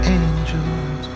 angels